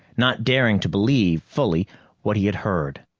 not daring to believe fully what he had heard.